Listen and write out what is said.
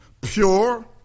pure